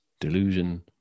delusion